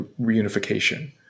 reunification